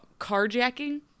carjacking